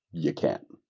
you can't.